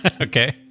Okay